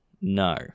No